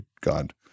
God